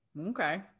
okay